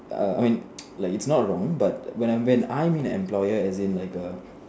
uh I mean like it's not wrong but when I mean employer I mean like a